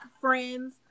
friends